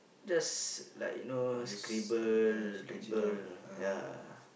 just like you know scribble dribble yeah